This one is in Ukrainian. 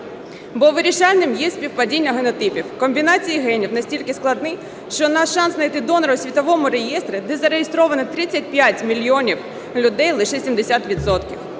бо вирішальним є співпадіння генотипів. Комбінації генів настільки складні, що наш шанс знайти донора у світовому реєстрі, де зареєстровано 35 мільйонів людей, лише 70